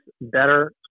better